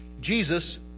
Jesus